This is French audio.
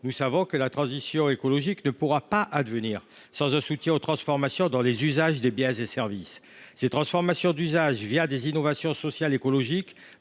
nous savons que la transition écologique ne pourra pas advenir sans un soutien aux transformations dans les usages des biens et services. Ces transformations d’usage, des innovations sociales et écologiques,